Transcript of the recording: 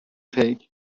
take